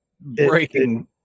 breaking